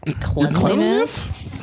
cleanliness